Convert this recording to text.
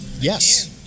yes